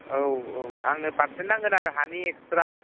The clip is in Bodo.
औ औ आंनो पार्सेन्ट नांगोन आरो हानि एक्स्ट्रा